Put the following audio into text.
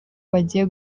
bagiye